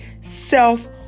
self